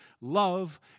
love